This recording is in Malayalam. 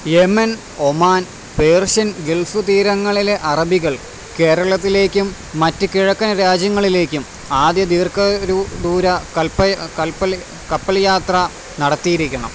യമൻ ഒമാൻ പേർഷ്യൻ ഗൾഫ് തീരങ്ങളിലെ അറബികൾ കേരളത്തിലേക്കും മറ്റ് കിഴക്കൻ രാജ്യങ്ങളിലേക്കും ആദ്യ ദീർഘ ദൂര കൽപ്പെ കൽപ്പൽ കപ്പല്യാത്ര നടത്തിയിരിക്കണം